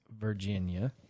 Virginia